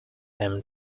him